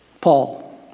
Paul